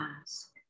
ask